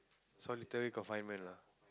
solitary confinement ah